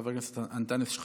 חבר הכנסת אלחרומי,